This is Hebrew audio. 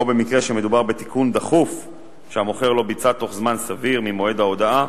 או במקרה שמדובר בתיקון דחוף שהמוכר לא ביצע תוך זמן סביר ממועד ההודעה,